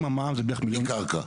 בלי קרקע?